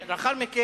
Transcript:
לא,